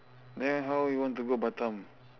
then how you want to go batam